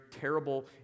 terrible